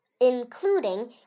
including